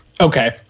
Okay